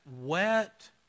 wet